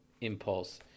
impulse